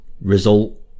result